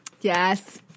yes